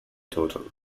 total